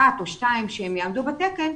אחת או שתיים שיעמדו בתקן,